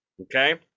okay